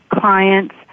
clients